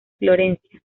florencia